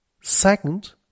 Second